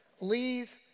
Leave